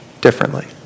differently